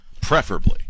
preferably